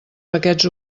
paquets